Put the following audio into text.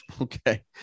Okay